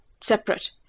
separate